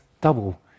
double